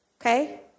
Okay